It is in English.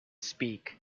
speak